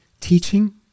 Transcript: teaching